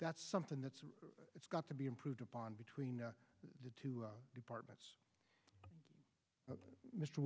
that's something that's it's got to be improved upon between the two departments mr